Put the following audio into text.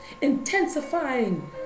intensifying